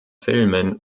filmen